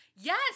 Yes